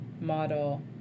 model